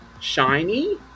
shiny